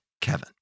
Kevin